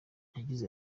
yagize